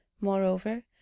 moreover